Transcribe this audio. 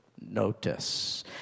notice